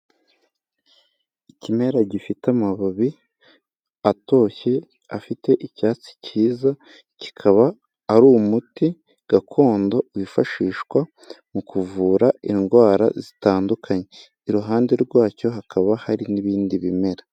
Ikimera gifite amababi atoshye afite icyatsi kiza, kikaba ari umuti gakondo wifashishwa mu kuvura indwara zitandukanye, iruhande rwacyo hakaba hari n'ibindi bimera.